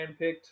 handpicked